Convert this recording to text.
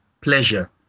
pleasure